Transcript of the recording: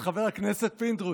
חבר הכנסת פינדרוס.